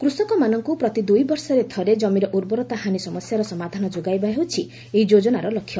କୃଷକମାନଙ୍କୁ ପ୍ରତି ଦୁଇବର୍ଷରେ ଥରେ କମିର ଉର୍ବରତା ହାନି ସମସ୍ୟାର ସମାଧାନ ଯୋଗାଇଦେବା ହେଉଛି ଏହି ଯୋକ୍ତନାର ଲକ୍ଷ୍ୟ